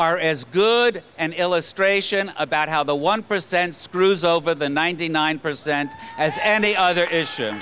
are as good an illustration about how the one percent screws over the ninety nine percent as any other is